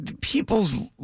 People's